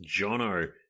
Jono